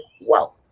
wow